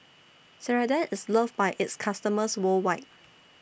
Ceradan IS loved By its customers worldwide